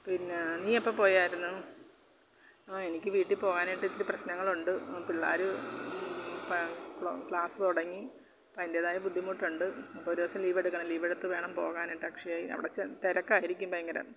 പിന്നെ നീ എപ്പം പോയായിരുന്നു ആ എനിക്ക് വീട്ടിൽ പോവാനായിട്ട് ഇച്ചിരി പ്രശ്നങ്ങളുണ്ട് പിള്ളേർ പ ക്ല ക്ലാസ് തുടങ്ങി അപ്പം അതിൻറ്റേതായ ബുദ്ധിമുട്ടുണ്ട് അപ്പോൾ ഒരു ദിവസം ലീവെടുക്കണം ലീവ് എടുത്ത് വേണം പോകാനായിട്ട് അക്ഷയായി അവിടെ ചെന്ന് തിരക്കായിരിക്കും ഭയങ്കര